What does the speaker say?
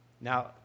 Now